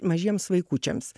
mažiems vaikučiams